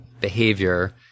behavior